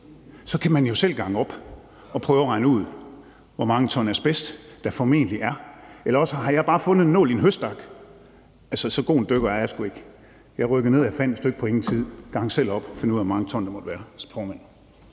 så kan man jo selv gange op og prøve at regne ud, hvor mange ton asbest der formentlig er. Eller også har jeg bare fundet en nål i en høstak – altså, så god en dykker er jeg sgu ikke. Jeg dykkede ned og fandt et stykke på ingen tid. Så kan man selv gange op og finde ud af, hvor mange ton der må være. Tak, formand.